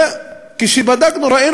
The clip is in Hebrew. וכשבדקנו ראינו